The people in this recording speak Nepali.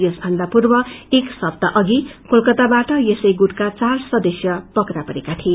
यसभन्दा पूर्व एक स्ताह अघि कोलकातावाट यसैगुटका चार सदस्य पक्रा परेका थिए